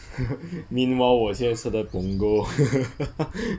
meanwhile 我现在是在 punggol